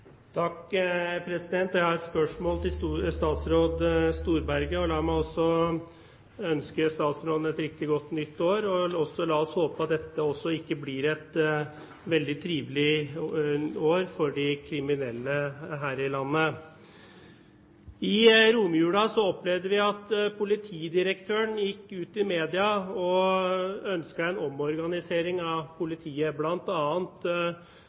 Jeg har et spørsmål til statsråd Storberget. La meg også ønske statsråden et riktig godt nytt år. La oss også håpe at dette ikke blir et veldig trivelig år for de kriminelle her i landet. I romjulen opplevde vi at politidirektøren gikk ut i media og ønsket en omorganisering av